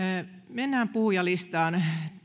mennään puhujalistaan